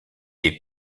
est